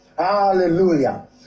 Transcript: Hallelujah